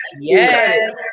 Yes